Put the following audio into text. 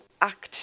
act